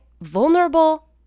vulnerable